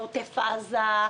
לעוטף עזה,